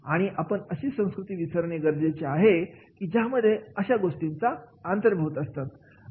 आणि आपण अशी संस्कृती विसरणे गरजेचे आहे की ज्या मध्ये अशा गोष्टी अंतर्भूत असतात